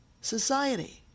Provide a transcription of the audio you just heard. society